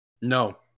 No